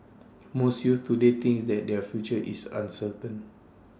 most youths today think that their future is uncertain